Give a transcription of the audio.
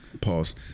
Pause